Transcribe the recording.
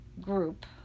group